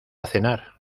cenar